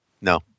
No